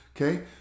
okay